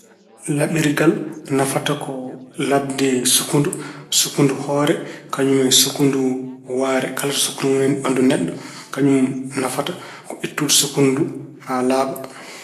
Laɓirgal nafata ko laɓde sukkundu hoore kañum e sukk wahre. Kala ko sukkundu woni e ɓanndu neɗɗo, kañum nafata ko ittude sukkundu ndu haa laaɓa.